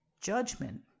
Judgment